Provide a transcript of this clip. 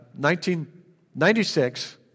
1996